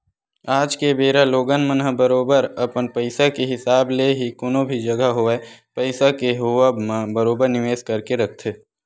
आज के बेरा लोगन मन ह बरोबर अपन पइसा के हिसाब ले ही कोनो भी जघा होवय पइसा के होवब म बरोबर निवेस करके रखथे